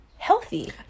healthy